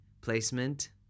placement